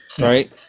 right